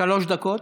שלוש דקות.